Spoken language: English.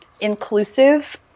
inclusive